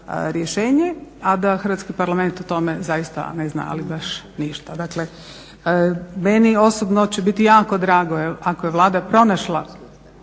a da hrvatski Parlament zaista ne zna ali baš ništa. Dakle meni osobno će biti jako drago ako je Vlada pronašla